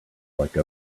like